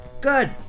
Good